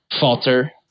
falter